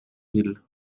ville